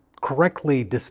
correctly